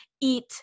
eat